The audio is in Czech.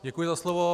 Děkuji za slovo.